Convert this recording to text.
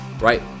Right